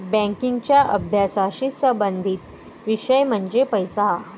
बँकिंगच्या अभ्यासाशी संबंधित विषय म्हणजे पैसा